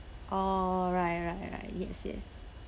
oh right right right yes yes